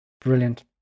Brilliant